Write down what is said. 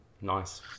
Nice